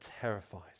terrified